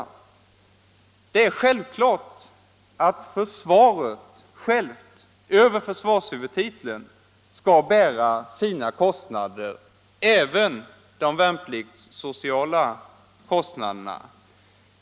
Det är självklart att försvaret självt över försvarshuvudtiteln skall bära sina kostnader, även de värnpliktssociala kostnaderna.